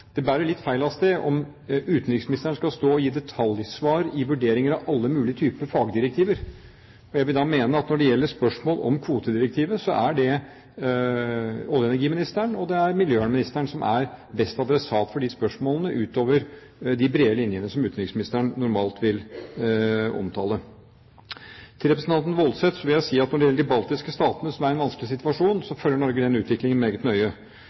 det bærer litt feil av sted om utenriksministeren skal stå og gi detaljsvar i vurderinger av alle mulige typer fagdirektiver. Jeg vil mene at når det gjelder spørsmål om kvotedirektivet, er det olje- og energiministeren og miljøvernministeren som er beste adressater for de spørsmålene, utover de brede linjene som utenriksministeren normalt vil omtale. Til representanten Woldseth vil jeg si at når det gjelder de baltiske stater, som er i en vanskelig situasjon, følger Norge den utviklingen meget nøye.